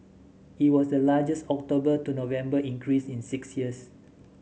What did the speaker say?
it was the largest October to November increase in six years